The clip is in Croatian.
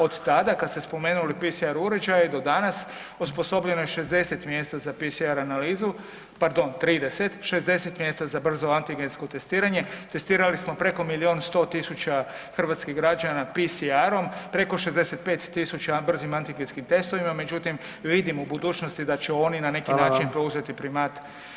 Od tada kad ste spomenuli PCR uređaje do danas osposobljeno je 60 mjesta za PCR analizu, pardon 30, 60 mjesta za brzo antigensko testiranje, testirali smo preko 1.100.000 hrvatskih građana PCR-om, preko 65.000 brzim antigenskim testovima, međutim vidim u budućnosti da će oni na neki način [[Upadica: Hvala vam]] preuzeti primat.